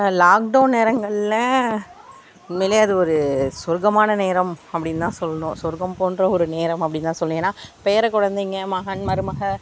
lock down நேரங்களில் உண்மையிலே அது ஒரு சொர்கமான நேரம் அப்படின்தான் சொல்லணும் சொர்கம் போன்ற ஒரு நேரம் அப்படின்தான் சொல்லணும் ஏன்னால் பேர குழந்தைங்க மகன் மருமகள்